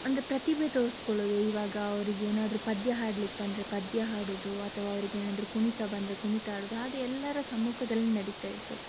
ಅಂದರೆ ಪ್ರತಿಭೆ ತೋರಿಸಿಕೊಳ್ಳೋದು ಇವಾಗ ಅವರಿಗೆ ಏನಾದರೂ ಪದ್ಯ ಹಾಡಲಿಕ್ಕೆ ಬಂದರೆ ಪದ್ಯ ಹಾಡುವುದು ಅಥವಾ ಅವರಿಗೇನಾದರೂ ಕುಣಿತ ಬಂದರೆ ಕುಣಿತ ಆಡುವುದು ಅದೆಲ್ಲರ ಸಮ್ಮುಖದಲ್ಲಿ ನಡೀತಾ ಇತ್ತು